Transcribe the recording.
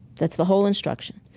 that's the whole instruction.